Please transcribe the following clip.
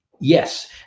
yes